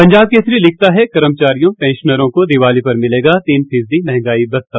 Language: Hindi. पंजाब केसरी लिखता है कर्मचारियों पैंशनरों को दीवाली पर मिलेगा तीन फीसदी महंगाई भत्ता